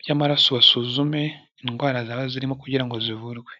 by'mararaso, basuzume indwara zaba zirimo, kugira ngo zivurwe.